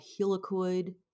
Helicoid